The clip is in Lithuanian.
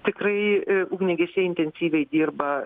tikrai ugniagesiai intensyviai dirba